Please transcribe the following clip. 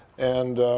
and